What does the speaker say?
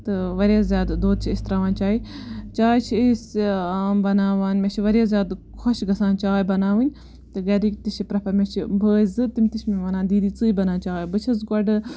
تہٕ واریاہ زیاد دۄد چھِ أسۍ تراوان چایہِ چاے چھِ أسۍ بَناوان واریاہ زیادٕ خۄش گَژھان چاے بَناوٕنۍ تہٕ گَرِک تہِ چھِ پریٚفَر مےٚ چھِ بٲے زٕ تِم تہِ چھِ مےٚ وَنان دیدی ژٕے بَناو چاے بہٕ چھَس گۄڈٕ